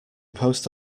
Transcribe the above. post